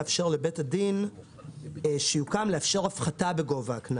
לאפשר לבית הדין שיוקם לאפשר הפחתה בגובה הקנס,